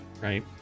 right